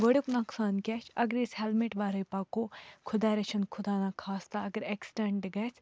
گۄڈنیُک نۄقصان کیٛاہ چھُ اگر أسۍ ہٮ۪لمِٹ وَرٲے پَکو خۄد رِچھَن خدانا خاستہ اگر اٮ۪کسِڈٮ۪نٛٹ گژھِ